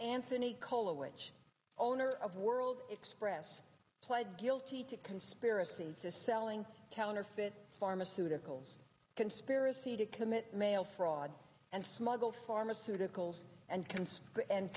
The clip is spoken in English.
anthony kolo age owner of world express pled guilty to conspiracy to selling counterfeit pharmaceuticals conspiracy to commit mail fraud and smuggle pharmaceuticals and